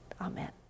Amen